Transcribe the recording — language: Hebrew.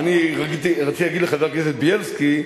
רציתי להגיד לחבר הכנסת בילסקי,